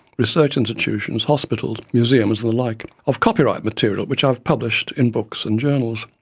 research institutions, hospitals, museums and like, of copyright materials which i have published in books and journals.